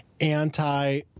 anti